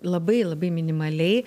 labai labai minimaliai